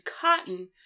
Cotton